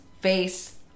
Face